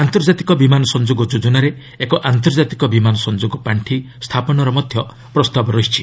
ଆନ୍ତର୍ଜାତିକ ବିମାନ ସଂଯୋଗ ଯୋଜନାରେ ଏକ ଆନ୍ତର୍ଜାତିକ ବିମାନ ସଂଯୋଗ ପାର୍ଷି ସ୍ଥାପନର ମଧ୍ୟ ପ୍ରସ୍ତାବ ରହିଛି